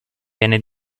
viene